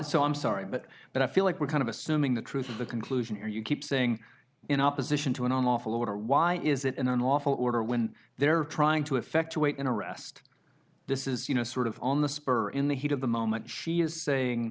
so i'm sorry but but i feel like we're kind of assuming the truth of the conclusion here you keep saying in opposition to an unlawful order why is it an unlawful order when they're trying to effectuate an arrest this is you know sort of on the spur in the heat of the moment she is saying